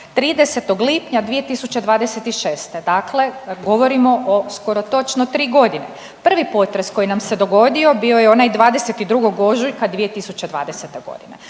30. lipnja 2026., dakle govorimo o skoro točno tri godine. Prvi potres koji nam se dogodio bio je onaj 22. ožujka 2020.g.,